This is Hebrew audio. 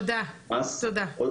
תקווה